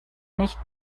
nicht